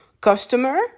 customer